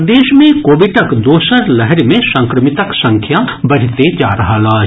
प्रदेश मे कोविडक दोसर लहरि मे संक्रमितक संख्या बढ़िते जा रहल अछि